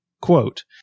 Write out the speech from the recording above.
quote